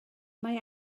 mae